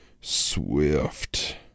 Swift